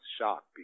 shocked